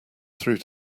through